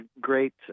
great